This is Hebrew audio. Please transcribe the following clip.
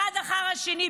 אחד אחרי השני,